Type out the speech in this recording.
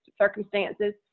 circumstances